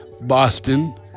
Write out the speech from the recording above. Boston